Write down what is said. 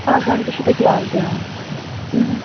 اکھ گنٛٹہٕ چھِ تُہۍ کٕلاس دِوان